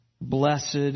Blessed